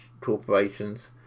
corporations